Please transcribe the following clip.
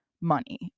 money